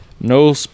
No